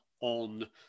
on